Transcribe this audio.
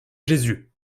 jésus